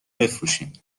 بفروشین